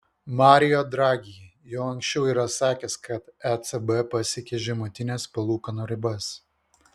mario draghi jau anksčiau yra sakęs kad ecb pasiekė žemutines palūkanų ribas